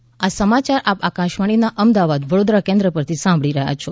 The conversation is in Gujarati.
આ પ્રાદેશિક સમાચાર આપ આકાશવાણીના અમદાવાદ વડોદરા કેન્દ્ર પરથી સાંભળી રહ્યા છો